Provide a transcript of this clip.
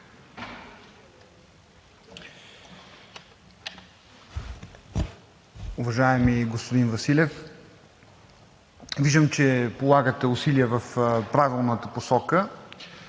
Уважаеми господин Василев, виждам, че полагате усилия в правилната посока.